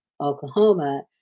Oklahoma